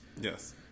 Yes